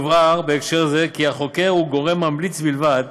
יובהר בהקשר זה כי החוקר הוא גורם ממליץ בלבד,